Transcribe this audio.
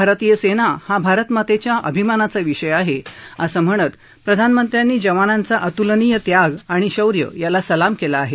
भारतीय सेना हा भारतमातेच्या अभिमानाचा विषय आहे अस म्हणत प्रधानमंत्र्यांनी जवानांचा अतुलनीय त्याग आणि शौर्य याला सलाम केला आहे